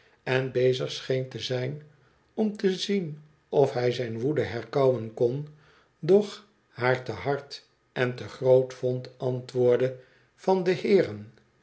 en bezig scheen te zijn om te zien of hij zijn woede herkauwen kon doch haar te hard en te groot vond antwoordde van de heeren